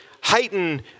heighten